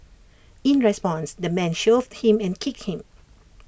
in response the man shoved him and kicked him